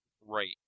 Right